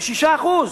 ב-6%.